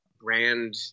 brand